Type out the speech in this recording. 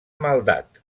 maldat